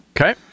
okay